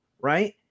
right